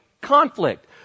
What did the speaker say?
conflict